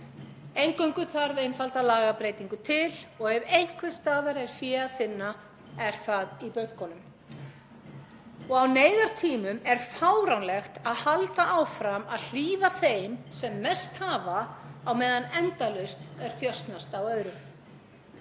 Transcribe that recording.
Eingöngu þarf einfalda lagabreytingu til og ef einhversstaðar er fé að finna er það í bönkunum. Á neyðartímum er fáránlegt að halda áfram að hlífa þeim sem mest hafa á meðan endalaust er þjösnast á öðrum.